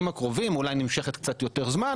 הקרובים; אולי היא נמשכת קצת יותר זמן,